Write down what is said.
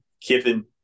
Kiffin